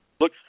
Look